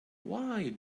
why